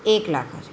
એક લાખ હજાર